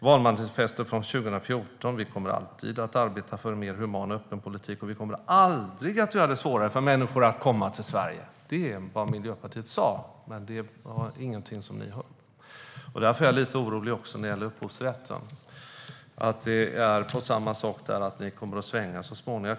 Valmanifestet från 2014 löd: Vi kommer alltid att arbeta för en mer human och öppen politik, och vi kommer aldrig att göra det svårare för människor att komma till Sverige. Det var vad Miljöpartiet sa, och därför är jag lite orolig beträffande upphovsrätten. Jag är orolig för att det är på samma sätt där, att Miljöpartiet kommer att svänga så småningom.